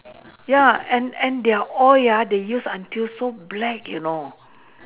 ya and and their oil ah they used until so black you know